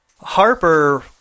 Harper